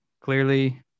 clearly